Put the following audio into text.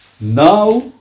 Now